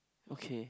okay